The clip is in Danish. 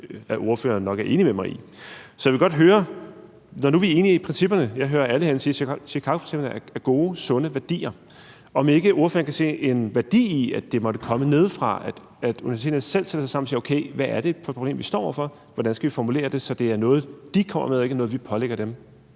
ordføreren nok er enig med mig i. Så jeg vil godt høre om noget. Når nu vi er enige i principperne – jeg hører alle sige, at Chicagoprincipperne er gode, sunde værdier – kan ordføreren så ikke se en værdi i, at det måtte komme nedefra, at universiteterne selv sætter sig sammen og siger: Okay, hvad er det for et problem, vi står over for, og hvordan skal vi formulere det, så det er noget, de kommer med, og ikke noget, som vi pålægger dem?